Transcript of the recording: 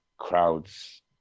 Crowds